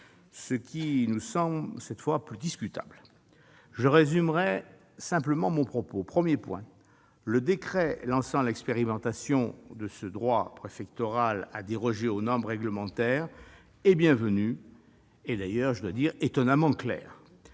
ce qui nous paraît, cette fois, plus discutable. Je résumerai simplement mon propos. Premier point, le décret lançant l'expérimentation de ce droit préfectoral à déroger aux normes réglementaires est bienvenu et d'ailleurs étonnamment clair,